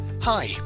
Hi